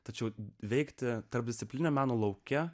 tačiau veikti tarpdisciplininio meno lauke